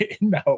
no